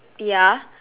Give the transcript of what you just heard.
ya